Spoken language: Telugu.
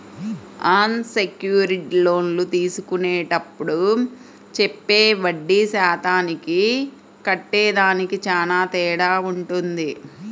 అన్ సెక్యూర్డ్ లోన్లు తీసుకునేప్పుడు చెప్పే వడ్డీ శాతానికి కట్టేదానికి చానా తేడా వుంటది